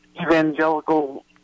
evangelical